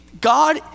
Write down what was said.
God